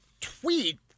tweet